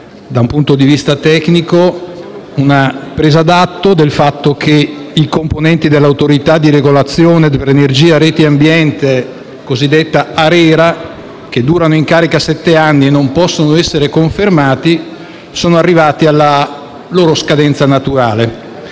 da un punto di vista tecnico, una presa d'atto del fatto che i componenti dell'Autorità di regolazione per energia, reti e ambiente, cosiddetta ARERA, che durano in carica sette anni e non possono essere confermati, sono arrivati alla loro scadenza naturale,